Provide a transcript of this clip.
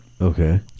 Okay